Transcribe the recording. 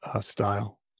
style